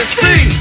see